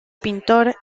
pintor